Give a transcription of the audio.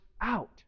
out